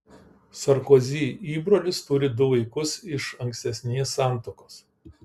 sarkozy įbrolis turi du vaikus iš ankstesnės santuokos